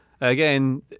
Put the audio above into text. again